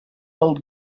old